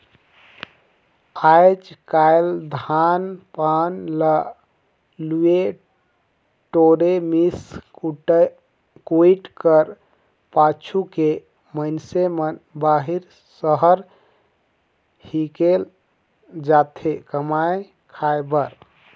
आएज काएल धान पान ल लुए टोरे, मिस कुइट कर पाछू के मइनसे मन बाहिर सहर हिकेल जाथे कमाए खाए बर